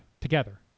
together